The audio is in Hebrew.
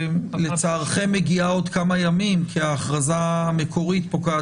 שלצערכם מגיעה עוד כמה ימים כי ההכרזה המקורית פוקעת